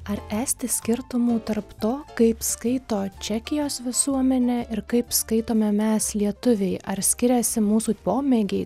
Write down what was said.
ar esti skirtumų tarp to kaip skaito čekijos visuomenė ir kaip skaitome mes lietuviai ar skiriasi mūsų pomėgiai